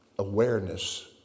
Awareness